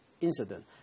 incident